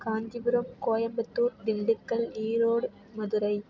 Kanchipuram Coimbatore Dindigul Erode Madurai